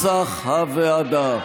כנוסח הוועדה.